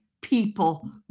people